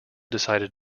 decided